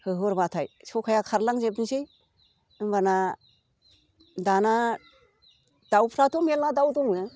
होहरबाथाय सखाया खारलांजोबनोसै होनबाना दाना दाउफ्राथ' मेल्ला दाउ दङ